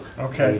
okay,